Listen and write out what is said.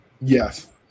yes